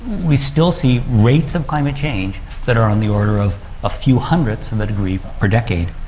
we still see rates of climate change that are on the order of a few hundredths of a degree per decade.